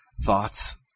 thoughts